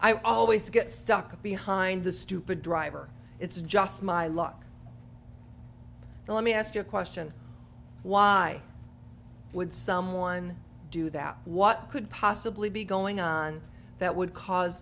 i always get stuck behind the stupid driver it's just my luck so let me ask you a question why would someone do that what could possibly be going on that would cause